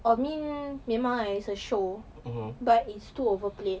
I mean memang ah it's a show but it's too overplayed